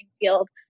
field